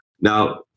Now